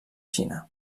xina